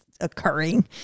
occurring